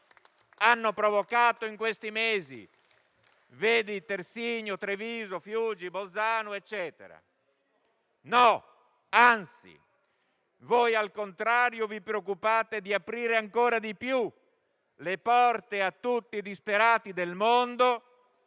hanno provocato in questi mesi (vedi Terzigno, Treviso, Fiuggi, Bolzano, eccetera). *(**Applausi)*. No, anzi. Voi al contrario vi preoccupate di aprire ancora di più le porte a tutti i disperati del mondo